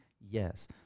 Yes